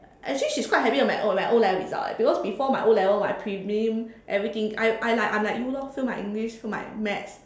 actually she's quite happy with my O-level O-level result eh because before my o level my prelim everything I I I'm like you lor fail my English fail my maths